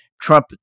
Trump